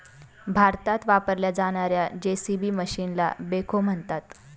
भारतात वापरल्या जाणार्या जे.सी.बी मशीनला बेखो म्हणतात